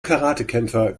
karatekämpfer